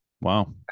wow